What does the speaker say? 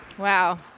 Wow